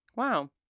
Wow